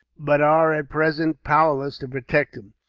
but are at present powerless to protect him,